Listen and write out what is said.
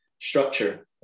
structure